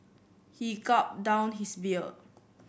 he gulped down his beer